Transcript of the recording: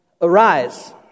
Arise